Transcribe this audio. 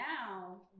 now